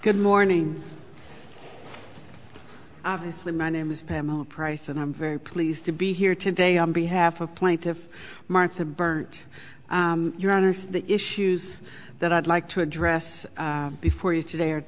good morning obviously my name is pamela price and i'm very pleased to be here today on behalf of plaintiff martha burnt your honour's the issues that i'd like to address before you today